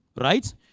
Right